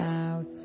out